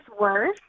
worth